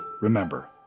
Remember